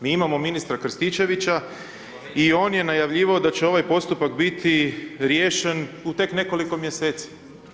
Mi imamo ministra Krstičevića i on je najavljivao da će ovaj postupak biti riješen u tek nekoliko mjeseci.